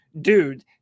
dude